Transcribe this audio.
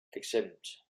exempts